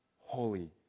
holy